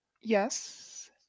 Yes